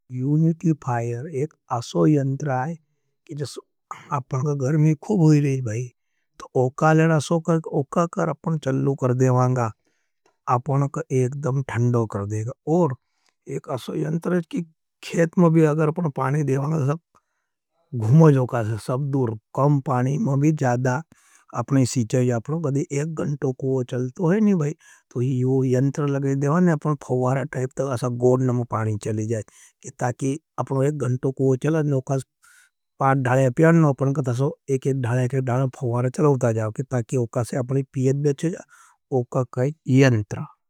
यूनिकी फायर एक असो यंटर है, अपना गर्मी खुब ही रही भाई, तो ओका लेन असो कर। ओका कर अपना चल्लो कर देवाँगा, अपना एकडम ठंड़ो कर देगा। और एक असो यंटर है कि खेत में भी अगर पानी देवाँगा सब गुम जोगा से, सब दूर, कम पानी में भी ज़्यादा अपने सीचे जा। अपनों गदी एक गंटो को चलतो है नहीं भाई, तो यू यंटर लगे देवाँगा, अपनों फ़वारे टाइप तर असा गो यू यंटर आ।